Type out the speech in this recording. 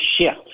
shift